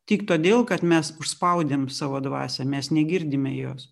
tik todėl kad mes užspaudėm savo dvasią mes negirdime jos